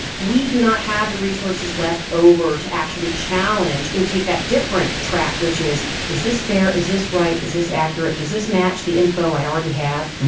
we do not have the resources left over to actually challenge and take that different track, which is is this fair? is this right? is this accurate? does this match the info i already have?